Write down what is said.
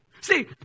See